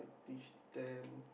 teach them